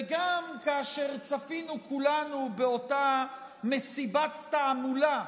וגם כאשר צפינו כולנו באותה מסיבת תעמולה,